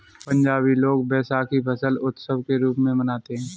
पंजाबी लोग वैशाखी फसल उत्सव के रूप में मनाते हैं